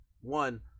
one